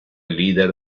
líder